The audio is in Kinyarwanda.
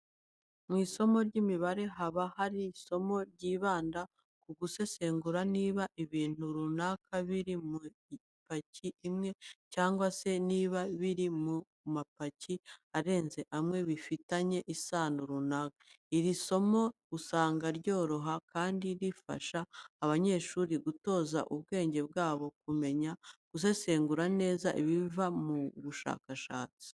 Mu isomo ry'imibare habamo isomo ryibanda ku gusesengura niba ibintu runaka biri mu ipaki imwe cyangwa se niba ibiri mu mapaki arenze imwe bifitanye isano runaka. Iri somo usanga ryoroha kandi rifasha abanyeshuri gutoza ubwenge bwabo kumenya gusesengura neza ibiva mu bushakashatsi.